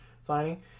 signing